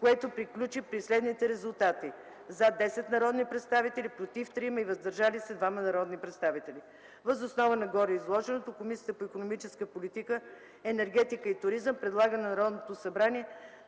което приключи при следните резултати: „за” – 10 народни представители, „против” – 3, „въздържали се” – 2 народни представители. Въз основа на гореизложеното Комисията по икономическата политика, енергетика и туризъм предлага на Народното събрание